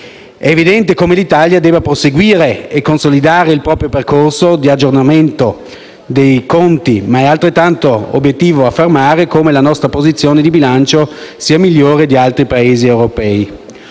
È evidente come l'Italia debba proseguire e consolidare il proprio percorso di aggiornamento dei conti, ma è altrettanto obiettivo affermare come la nostra posizione di bilancio sia migliore di altri Paesi europei.